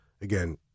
again